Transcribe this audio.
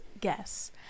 guess